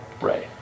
Right